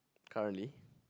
currently